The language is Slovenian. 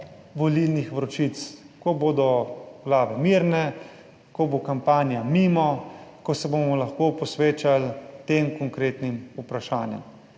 volilnih vročic, ko bodo glave mirne, ko bo kampanja mimo, ko se bomo lahko posvečali tem konkretnim vprašanjem.